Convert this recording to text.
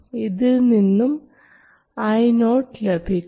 ഇതിൽ നിന്നും Io ലഭിക്കും